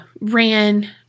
ran